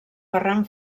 ferran